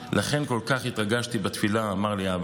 לכן כל כך התרגשתי בתפילה, אמר לי האבא.